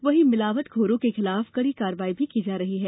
वहीं मिलावटखोरों के खिलाफ कड़ी कार्यवाही भी की जा रही है